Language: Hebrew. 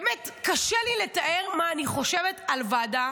באמת, קשה לי לתאר מה אני חושבת על הוועדה,